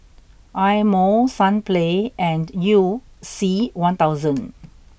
Eye Mo Sunplay and you C one thousand